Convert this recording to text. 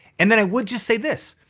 and then i would just say this,